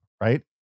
Right